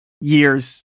years